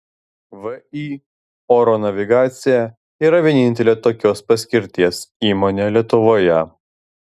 vį oro navigacija yra vienintelė tokios paskirties įmonė lietuvoje